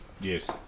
Yes